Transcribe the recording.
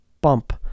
bump